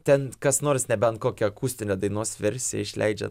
ten kas nors nebent kokią akustinę dainos versiją išleidžia